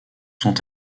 sont